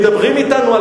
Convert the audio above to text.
מדברים אתנו על